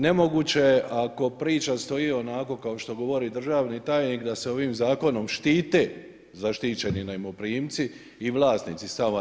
Nemoguće je, ako priča stoji onako kao što govori državni tajnik da se ovim Zakonom štite zaštićeni najmoprimci i vlasnici stanova.